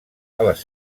les